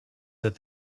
that